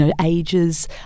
ages